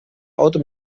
auto